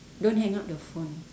don't hang up the phone